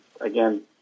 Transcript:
again